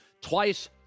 twice